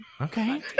okay